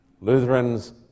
Lutherans